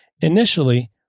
initially